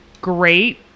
great